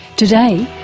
today,